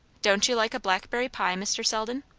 don't you like a blackberry pie, mr. selden?